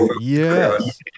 Yes